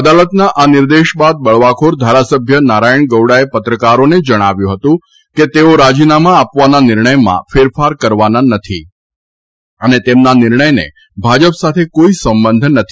અદાલતના આ નિર્દેશ બાદ બળવાખોર ધારાસભ્ય નારાયણ ગૌડાએ પત્રકારોને જણાવ્યું હતું કે તેઓ રાજીનામા આપવાના નિર્ણયમાં ફેરફાર કરવાના નથી અને તેમના નિર્ણયને ભાજપ સાથે કોઇ સંબંધ નથી